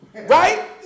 right